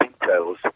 details